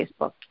Facebook